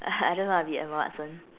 I just wanna be Emma Watson